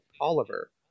Oliver